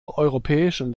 europäischen